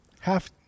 half